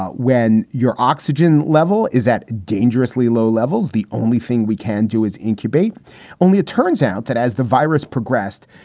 when your oxygen level is at dangerously low levels. the only thing we can do is incubate only. it turns out that as the virus progressed,